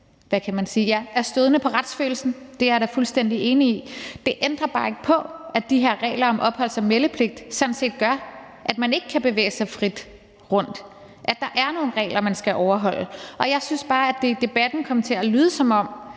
er stødende for retsfølelsen. Det er jeg da fuldstændig enig i. Det ændrer bare ikke på, at de her regler om opholds- og meldepligt sådan set gør, at man ikke kan bevæge sig frit rundt. Der er nogle regler, man skal overholde, og jeg synes bare, at det i debatten kom til at lyde, som om